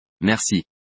Merci